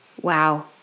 Wow